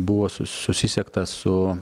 buvo su susisiekta su